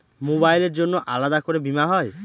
মোবাইলের জন্য আলাদা করে বীমা হয়?